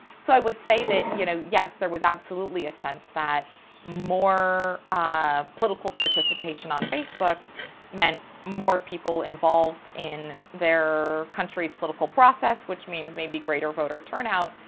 so i would say that you know yes, there was absolutely a sense that more ah political participation on facebook meant more people involved in their country's political process, which means maybe greater voter turnout,